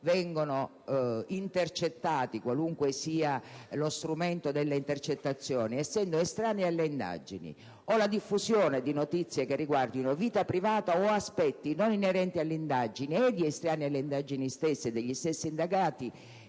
vengono intercettati, qualunque sia lo strumento delle intercettazioni, essendo estranei alle indagini, o per limitare la diffusione di notizie che riguardino la vita privata o aspetti non inerenti alle indagini, sia di estranei alle indagini stesse, sia degli stessi indagati,